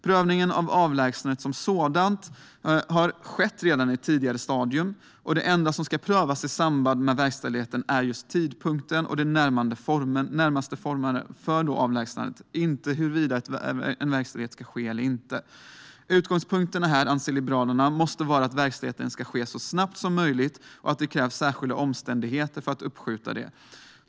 Prövningen av avlägsnandet som sådant har skett redan i ett tidigare stadium, och det enda som ska prövas i samband med verkställigheten är tidpunkten och de närmare formerna för avlägsnandet - inte huruvida verkställighet ska ske eller inte. Liberalerna anser att utgångspunkten måste vara att verkställighet ska ske så snabbt som möjligt och att det krävs särskilda omständigheter för att uppskjuta det.